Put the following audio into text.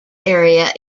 area